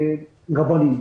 רבנים,